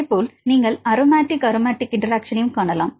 அதேபோல் நீங்கள் aromatic aromatic interaction காணலாம்